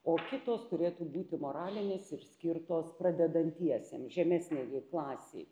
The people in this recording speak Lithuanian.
o kitos turėtų būti moralinės ir skirtos pradedantiesiem žemesniajai klasei